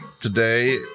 today